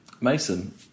Mason